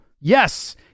yes